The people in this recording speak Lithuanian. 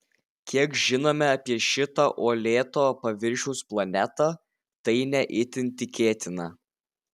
kiek žinome apie šią uolėto paviršiaus planetą tai ne itin tikėtina